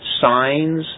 signs